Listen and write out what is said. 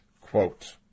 quote